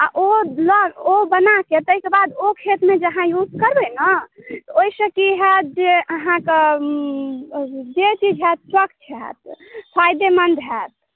आ ओ ओ बनाके ताहिके बाद ओ खेतमे जे अहाँ यूज करबै ने तऽ ओहि सऽ की होयत जे अहाँकेॅं जे चीज होयत स्वच्छ होयत फाइदेमन्द होयत